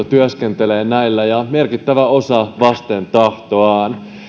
työskentelee näillä ja merkittävä osa vasten tahtoaan